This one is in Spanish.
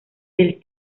del